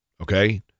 okay